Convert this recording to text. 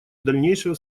дальнейшего